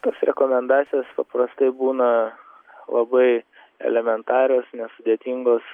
tos rekomendacijos paprastai būna labai elementarios nesudėtingos